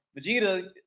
vegeta